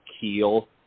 keel